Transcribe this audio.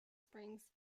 springs